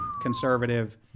conservative